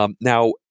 Now